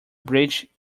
bridge